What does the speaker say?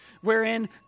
wherein